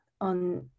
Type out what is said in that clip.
on